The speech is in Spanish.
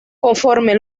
conforme